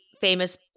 famous